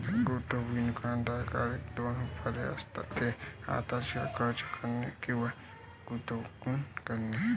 गुंतवणूकदाराकडे दोन पर्याय असतात, ते आत्ताच खर्च करणे किंवा गुंतवणूक करणे